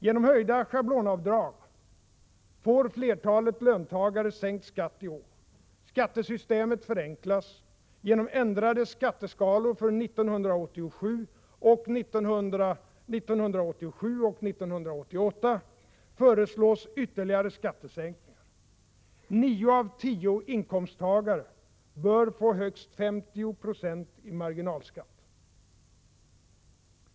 Genom höjda schablonavdrag får flertalet löntagare sänkt skatt i år. Skattesystemet förenklas. Genom ändrade skatteskalor för 1987 och 1988 föreslås ytterligare skattesänkningar. Nio av tio inkomsttagare bör få högst 50 90 i marginalskatt.